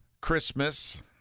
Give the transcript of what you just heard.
Christmas